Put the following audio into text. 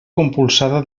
compulsada